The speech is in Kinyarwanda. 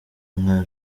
nka